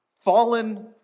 Fallen